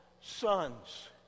sons